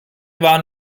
waren